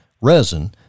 resin